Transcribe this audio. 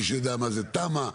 מי שיודע מה זאת תמ"א,